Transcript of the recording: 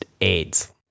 AIDS